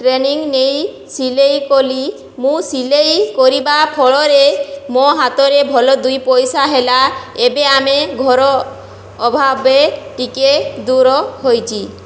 training ନେଇ ସିଲେଇ କଲି ମୁଁ ସିଲେଇ କରିବା ଫଳରେ ମୋ ହାତରେ ଭଲ ଦୁଇପଇସା ହେଲା ଏବେ ଆମେ ଘର ଅଭାବେ ଟିକିଏ ଦୂର ହୋଇଛି